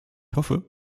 hoffe